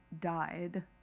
died